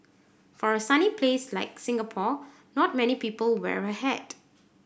for a sunny place like Singapore not many people wear a hat